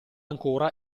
ancora